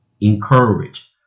encourage